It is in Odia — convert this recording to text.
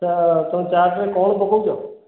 ଆଚ୍ଛା ତମେ ଚାଟ୍ରେ କ'ଣ ପକଉଛ